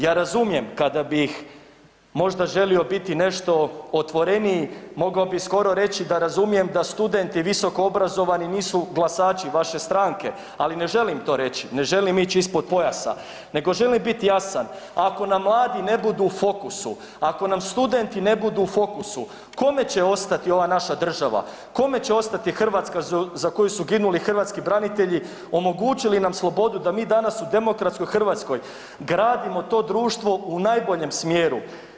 Ja razumijem kada bih možda želio biti nešto otvoreniji mogao bih skoro reći da razumijem da studenti visokoobrazovani nisu glasači vaše stranke, ali ne želim to reći, ne želim ići ispod pojasa, nego želim biti jasan, ako nam mladi ne budu u fokusu, ako nam studenti ne budu u fokusu kome će ostati ova naša država, kome će ostati Hrvatska za koju su ginuli hrvatski branitelji, omogućili nam slobodu da mi danas u demokratskoj Hrvatskoj gradimo to društvo u najboljem smjeru.